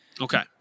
Okay